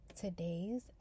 Today's